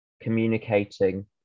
communicating